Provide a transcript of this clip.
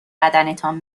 بدنتان